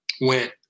went